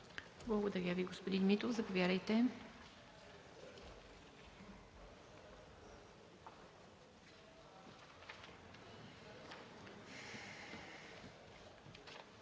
Благодаря, господин Тафров. Заповядайте